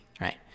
Right